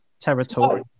Territory